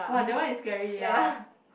!wah! that one is scary ya